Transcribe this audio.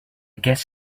guess